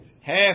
half